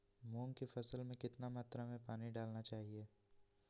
मूंग की फसल में कितना मात्रा में पानी डालना चाहिए?